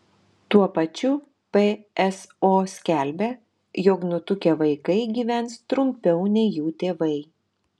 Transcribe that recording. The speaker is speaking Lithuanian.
tuo pačiu pso skelbia jog nutukę vaikai gyvens trumpiau nei jų tėvai